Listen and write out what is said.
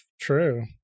true